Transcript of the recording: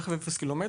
רכב עם אפס קילומטר,